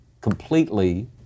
completely